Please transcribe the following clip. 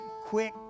quick